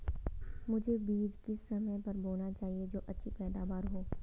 मुझे बीज किस समय पर बोना चाहिए जो अच्छी पैदावार हो?